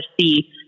see